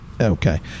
okay